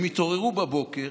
הם התעוררו בבוקר,